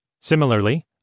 Similarly